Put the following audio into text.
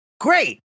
great